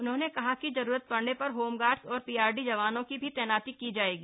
उन्होंने कहा कि जरूरत पड़ने पर होमगार्ड्स और पीआरडी के जवानों की भी तैनाती की जाएगी